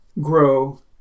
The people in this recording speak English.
grow